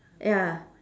ya